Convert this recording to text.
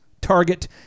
Target